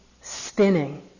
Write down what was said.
spinning